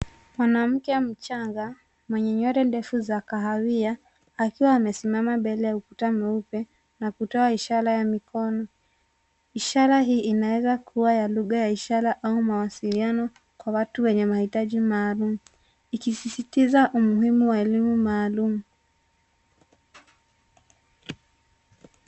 Mwanamke mchanga mwenye nywele ndefu za kahawia akiwa amesimama mbele ya ukuta mweupe na kutoa ishara ya mikono. Ishara hii inaweza kuwa ya lugha ya ishara au mawasiliano kwa watu wenye mahitaji maaulum, ikisisitiza umuhimu wa elimu maalum.